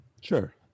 Sure